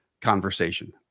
conversation